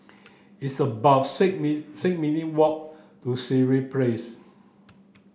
it's about six six minute' walk to Sireh Place